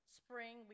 spring